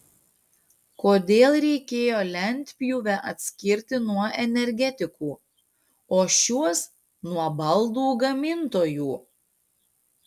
kodėl reikėjo lentpjūvę atskirti nuo energetikų o šiuos nuo baldų gamintojų